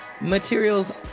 materials